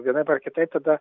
vienaip ar kitaip tada